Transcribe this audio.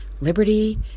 liberty